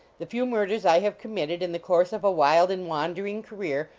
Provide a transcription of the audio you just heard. the few murders i have committed, in the course of a wild and wandering career,